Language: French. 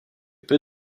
peu